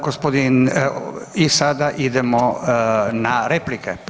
Gospodin, i sada idemo na replike.